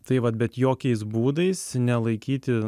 tai vat bet jokiais būdais nelaikyti